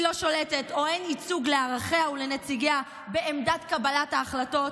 לא שולטת או אין ייצוג לערכיה ולנציגיה בעמדת קבלת ההחלטות,